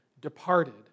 departed